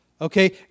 okay